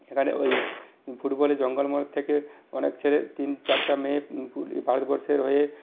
এখানে ওই ফুটবলের জঙ্গলমহল থেকে অনেক ছেলে তিন চারটা মেয়ে ভারতবর্ষের হয়ে